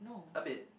a bit